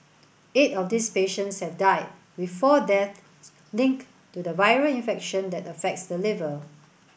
eight of these patients have died with four deaths linked to the viral infection that affects the liver